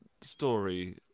story